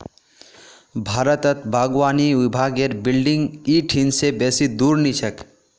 भारतत बागवानी विभागेर बिल्डिंग इ ठिन से बेसी दूर नी छेक